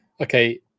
Okay